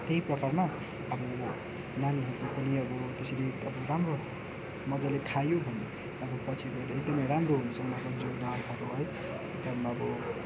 त्यही पटलमा अब नानीहरूले पनि अब त्यसरी अब राम्रो मजाले खायो भनेदेखि अब पछि गएर एकदमै राम्रो है एकदम अब